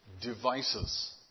devices